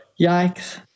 Yikes